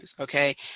Okay